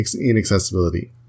inaccessibility